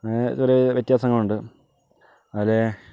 അങ്ങനെ കുറേ വ്യത്യാസങ്ങളുണ്ട് അതില്